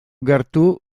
gertu